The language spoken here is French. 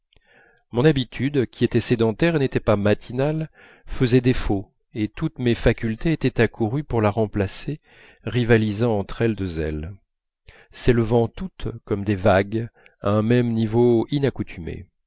mon habitude qui était sédentaire et n'était pas matinale faisait défaut et toutes mes facultés étaient accourues pour la remplacer rivalisant entre elles de zèle s'élevant toutes comme des vagues à un même niveau